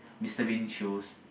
Mister Bean shows